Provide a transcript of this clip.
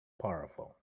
powerful